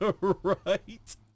Right